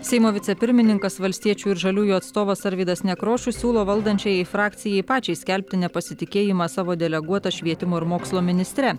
seimo vicepirmininkas valstiečių ir žaliųjų atstovas arvydas nekrošius siūlo valdančiajai frakcijai pačiai skelbti nepasitikėjimą savo deleguota švietimo ir mokslo ministre